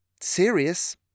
serious